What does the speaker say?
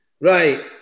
Right